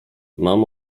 mam